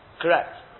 Correct